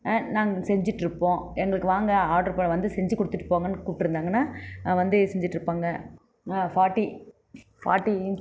நாங்கள் செஞ்சுட்டு இருப்போம் எங்களுக்கு வாங்க ஆட்ரு வந்து செஞ்சு கொடுத்துட்டு போங்கன்னு கூப்பிட்டுருந்தாங்கன்னா வந்து செஞ்சுட்டு இருப்பாங்க நான் ஃபார்ட்டி ஃபார்ட்டி